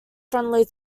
friendly